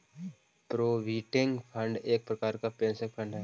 provident fund एक प्रकार के पेंशन फंड हई